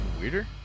weirder